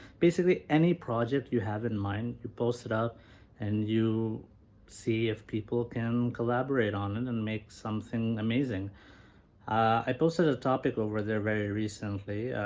basically any project you have in mind you post it out and you see if people can collaborate on it and and make something amazing i posted a topic over there very recently